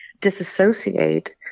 disassociate